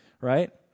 Right